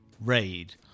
raid